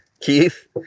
Keith